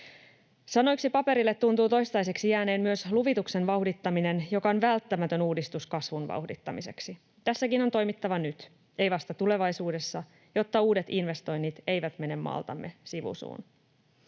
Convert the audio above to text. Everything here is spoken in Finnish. Sanoiksi paperille tuntuu toistaiseksi jääneen myös luvituksen vauhdittaminen, joka on välttämätön uudistus kasvun vauhdittamiseksi. Tässäkin on toimittava nyt, ei vasta tulevaisuudessa, jotta uudet investoinnit eivät mene maaltamme sivu suun.